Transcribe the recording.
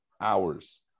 hours